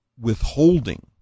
withholding